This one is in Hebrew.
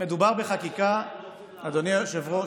אדוני היושב-ראש,